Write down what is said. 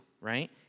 right